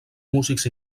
músics